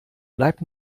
bleibt